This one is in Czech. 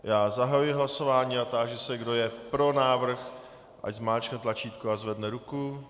Já zahajuji hlasování a táži se, kdo je pro návrh, ať zmáčkne tlačítko a zvedne ruku.